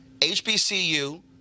HBCU